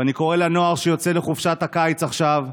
ואני קורא לנוער שיוצא לחופשת הקיץ עכשיו,